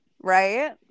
right